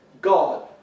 God